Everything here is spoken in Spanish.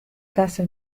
casa